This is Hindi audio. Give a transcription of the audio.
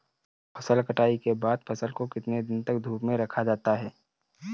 फसल कटाई के बाद फ़सल को कितने दिन तक धूप में रखा जाता है?